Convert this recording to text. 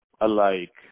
alike